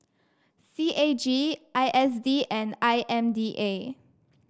C A G I S D and I M D A